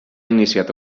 iniciat